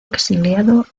exiliado